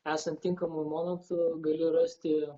esant tinkamu momentu gali rasti